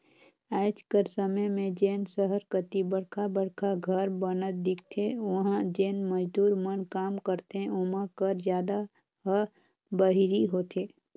आएज कर समे में जेन सहर कती बड़खा बड़खा घर बनत दिखथें उहां जेन मजदूर मन काम करथे ओमा कर जादा ह बाहिरी होथे